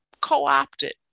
co-opted